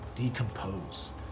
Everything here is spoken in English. decompose